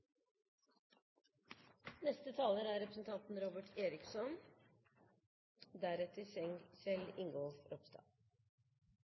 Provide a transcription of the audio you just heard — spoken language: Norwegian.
Neste taler er representanten